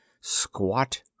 squat